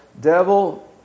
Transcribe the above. devil